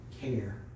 care